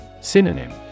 Synonym